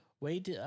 Wait